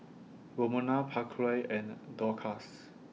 Romona Pasquale and Dorcas